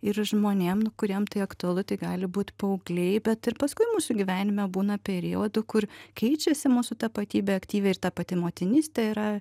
ir žmonėm nu kuriem tai aktualu tai gali būt paaugliai bet ir paskui mūsų gyvenime būna periodų kur keičiasi mūsų tapatybė aktyviai ir ta pati motinystė yra